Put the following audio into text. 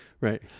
right